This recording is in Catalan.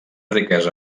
riquesa